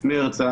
מרץ,